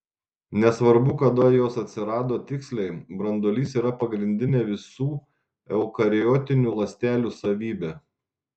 nesvarbu kada jos atsirado tiksliai branduolys yra pagrindinė visų eukariotinių ląstelių savybė